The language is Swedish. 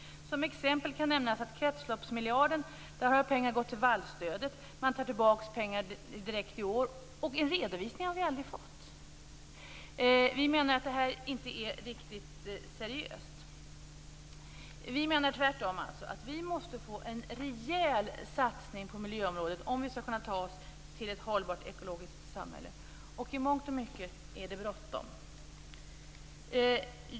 Som exempel kan nämnas att av kretsloppsmiljarden har pengar gått till vallstödet. Man tar tillbaka pengar direkt i år. Och någon redovisning har vi aldrig fått. Vi menar att det inte är riktigt seriöst. Vi menar tvärtom att vi måste få en rejäl satsning på miljöområdet om vi skall kunna ta oss till ett hållbart ekologiskt samhälle. I mångt och mycket är det bråttom.